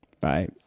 Bye